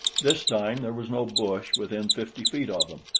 this time there was no bush within fifty feet of them,